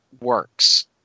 works